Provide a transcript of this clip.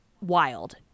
wild